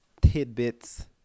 tidbits